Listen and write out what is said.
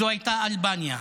זו הייתה אלבניה,